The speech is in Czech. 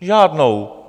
Žádnou.